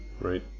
Right